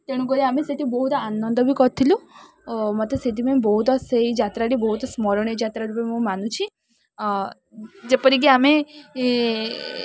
ତେଣୁ କରି ଆମେ ସେଇଠି ବହୁତ ଆନନ୍ଦ ବି କରିଥିଲୁ ମୋତେ ସେଥିପାଇଁ ବହୁତ ସେହି ଯାତ୍ରାଟି ବହୁତ ସ୍ମରଣୀୟ ଯାତ୍ରାରେ ବି ମୁଁ ମାନୁଛି ଯେପରି କି ଆମେ